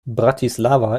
bratislava